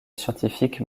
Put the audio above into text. scientifique